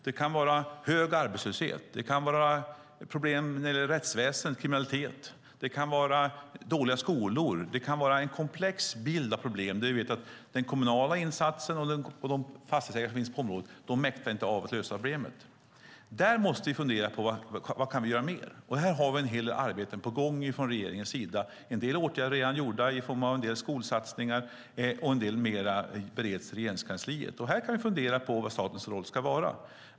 Det kan vara hög arbetslöshet. Det kan vara problem när det gäller rättsväsendet och kriminalitet. Det kan vara dåliga skolor. Det kan vara en komplex bild av problem där vi vet att kommunen med sina insatser och de fastighetsägare som finns i området inte mäktar med att lösa problemet. Där måste vi fundera på vad vi mer kan göra, och det finns en hel del arbete på gång från regeringens sida. En del åtgärder är redan vidtagna i form av en del skolsatsningar, och en del bereds i Regeringskansliet. Här kan vi fundera på vad statens roll ska vara.